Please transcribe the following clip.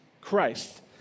Christ